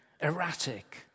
erratic